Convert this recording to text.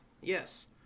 Yes